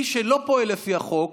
מי שלא פועל לפי החוק,